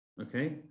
Okay